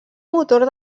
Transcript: motor